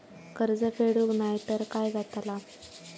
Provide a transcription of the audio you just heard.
कर्ज फेडूक नाय तर काय जाताला?